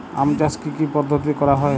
আম চাষ কি কি পদ্ধতিতে করা হয়?